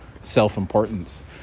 self-importance